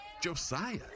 Josiah